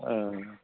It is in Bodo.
अ